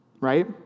right